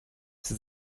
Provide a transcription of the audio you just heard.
sie